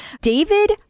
David